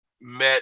Met